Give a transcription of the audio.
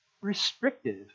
restrictive